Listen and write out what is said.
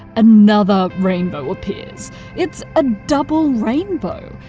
another rainbow appears. it's. a double rainbow.